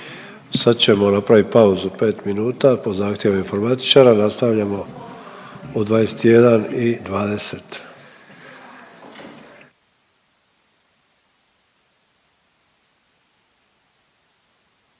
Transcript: Sad ćemo napravit pauzu 5 minuta po zahtjevu informatičara. Nastavljamo u 21 i 20.